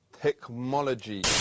Technology